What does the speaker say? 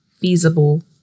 feasible